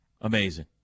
Amazing